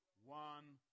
One